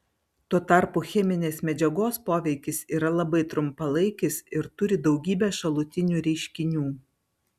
tuo tarpu cheminės medžiagos poveikis yra labai trumpalaikis ir turi daugybę šalutinių reiškinių